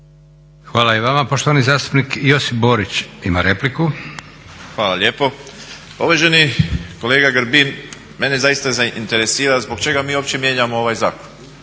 Hvala i vama. Poštovani zastupnik Josip Borić ima repliku. **Borić, Josip (HDZ)** Hvala lijepo. Uvaženi kolega Grbin, mene zaista interesira zbog čega mi uopće mijenjamo ovaj zakon